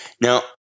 Now